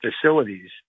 facilities